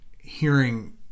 hearing